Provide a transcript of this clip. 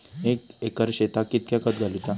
एक एकर शेताक कीतक्या खत घालूचा?